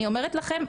אני אומרת לכם,